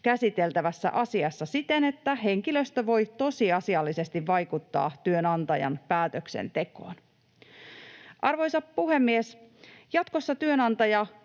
käsiteltävässä asiassa, jotta henkilöstö voi tosiasiallisesti vaikuttaa työnantajan päätöksentekoon. Arvoisa puhemies! Jatkossa työnantaja